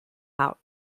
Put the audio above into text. out